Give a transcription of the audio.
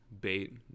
bait